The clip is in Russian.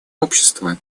общества